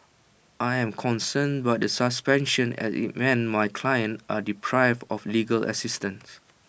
I am concerned by the suspension as IT means my clients are deprived of legal assistance